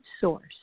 source